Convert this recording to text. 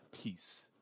peace